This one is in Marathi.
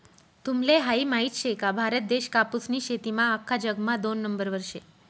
तुम्हले हायी माहित शे का, भारत देश कापूसनी शेतीमा आख्खा जगमा दोन नंबरवर शे